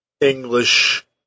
English